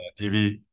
TV